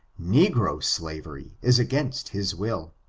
negro slavery is against his will.